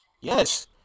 Yes